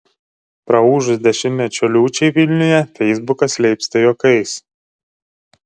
praūžus dešimtmečio liūčiai vilniuje feisbukas leipsta juokais